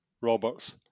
Roberts